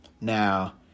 Now